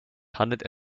handelt